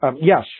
Yes